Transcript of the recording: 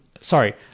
Sorry